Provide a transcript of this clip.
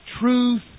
truth